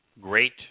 great